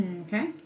Okay